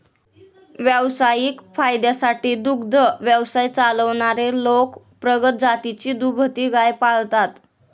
व्यावसायिक फायद्यासाठी दुग्ध व्यवसाय चालवणारे लोक प्रगत जातीची दुभती गाय पाळतात